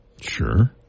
Sure